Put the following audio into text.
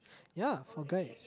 yeah for guys